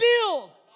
build